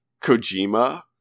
Kojima